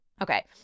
okay